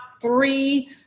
three